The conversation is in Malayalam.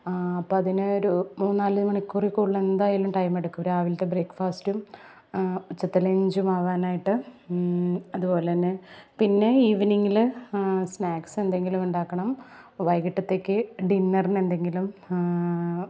അപ്പം അതിന് ഒരു മൂന്ന് നാല് മണിക്കൂറിൽ കൂടുതൽ എന്തായാലും ടൈമെടുക്കും രാവിലത്തെ ബ്രേക്ക്ഫാസ്റ്റും ഉച്ചത്തെ ലഞ്ചും ആവാനായിട്ട് അതുപോലെ തന്നെ പിന്നെ ഈവെനിങ്ങിൽ സ്നാക്സ് എന്തെങ്കിലും ഉണ്ടാക്കണം വൈകിട്ടത്തേക്ക് ഡിന്നറിന് എന്തെങ്കിലും